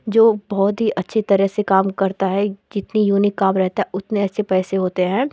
जो बहुत ही अच्छे तरह से काम करता है जितना यूनिक काम रहता है उतने अच्छे पैसे होते हैं